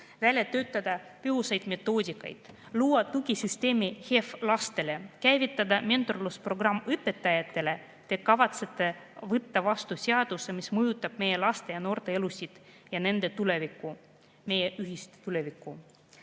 välja töötada tõhusaid metoodikaid, luua tugisüsteemi HEV‑lastele, käivitada mentorlusprogramm õpetajatele, kavatsete võtta vastu seaduse, mis mõjutab meie laste ja noorte elu ning nende tulevikku, meie ühist tulevikku.